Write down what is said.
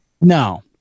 No